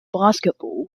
basketball